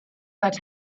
that